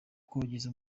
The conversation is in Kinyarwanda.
kogeza